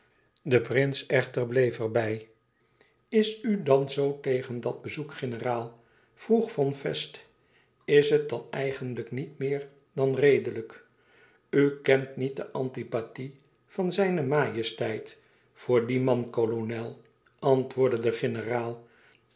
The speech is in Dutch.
de prins echter bleef er bij is u dan zoo tegen dat bezoek generaal vroeg von fest is het dan eigenlijk niet meer dan redelijk u kent niet de antipathie van zijne majesteit voor dien man kolonel antwoordde de generaal